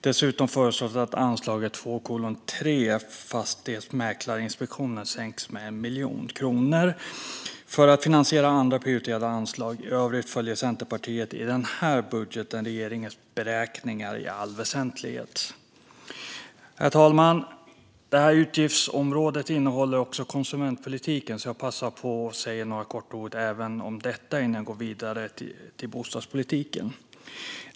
Dessutom föreslås att anslaget 2:3 Fastighetsmäklarinspektionen sänks med 1 miljon kronor för att finansiera andra prioriterade anslag. I övrigt följer Centerpartiet i den här budgeten i allt väsentligt regeringens beräkningar. Herr talman! Det här utgiftsområdet innehåller också konsumentpolitiken. Jag passar på att säga några korta ord även om detta innan jag går vidare till bostadspolitiken.